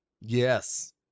Yes